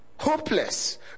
Hopeless